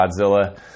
Godzilla